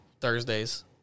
Thursdays